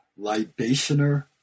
libationer